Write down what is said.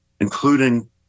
including